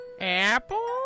Apple